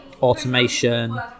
automation